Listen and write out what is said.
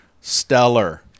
stellar